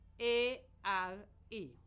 A-R-E